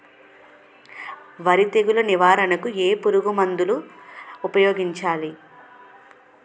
వరి తెగుల నివారణకు ఏ పురుగు మందు ను ఊపాయోగించలి?